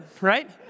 right